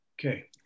Okay